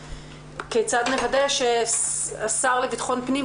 וכיצד נוודא שהשר לביטחון פנים,